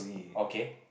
okay